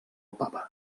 papa